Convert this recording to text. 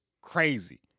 crazy